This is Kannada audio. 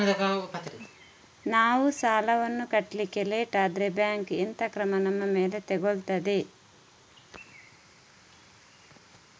ನಾವು ಸಾಲ ವನ್ನು ಕಟ್ಲಿಕ್ಕೆ ಲೇಟ್ ಆದ್ರೆ ಬ್ಯಾಂಕ್ ಎಂತ ಕ್ರಮ ನಮ್ಮ ಮೇಲೆ ತೆಗೊಳ್ತಾದೆ?